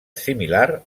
similar